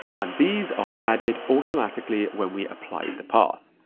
and these are added automatically when we apply the path.